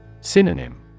Synonym